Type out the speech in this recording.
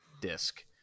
disc